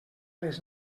les